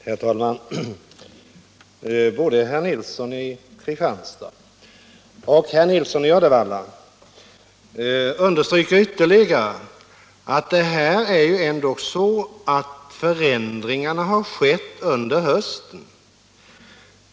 Herr talman! Både herr Nilsson i Kristianstad och herr Nilsson i Uddevalla understryker ytterligare att förändringarna har skett under hösten.